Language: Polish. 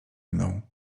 mną